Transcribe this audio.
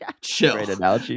chill